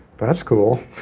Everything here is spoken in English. that's cool.